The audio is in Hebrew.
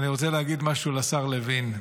אני רוצה להגיד משהו לשר לוין.